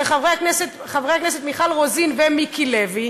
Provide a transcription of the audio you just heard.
חוק של חברי הכנסת מיכל רוזין ומיקי לוי,